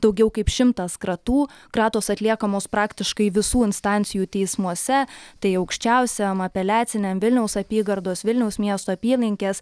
daugiau kaip šimtas kratų kratos atliekamos praktiškai visų instancijų teismuose tai aukščiausiajam apeliaciniam vilniaus apygardos vilniaus miesto apylinkės